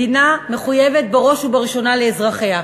מדינה מחויבת בראש ובראשונה לאזרחיה,